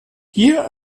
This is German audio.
hier